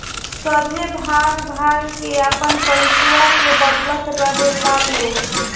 सभे भाग भाग के आपन पइसवा के बदलत रहेला लोग